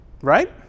right